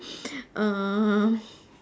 um